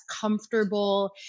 comfortable